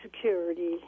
Security